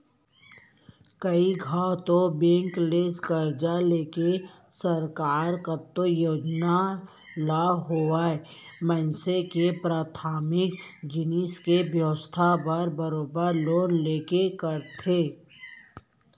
कइ घौं तो बेंक ले करजा लेके सरकार कतको योजना ल होवय मनसे के पराथमिक जिनिस के बेवस्था बर बरोबर लोन लेके करथे